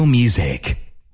Music